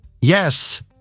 Yes